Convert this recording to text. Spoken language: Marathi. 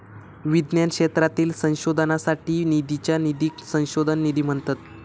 विज्ञान क्षेत्रातील संशोधनासाठी निधीच्या निधीक संशोधन निधी म्हणतत